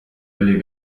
oli